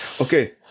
okay